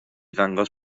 ddangos